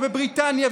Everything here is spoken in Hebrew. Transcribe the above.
ובבריטניה,